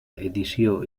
edició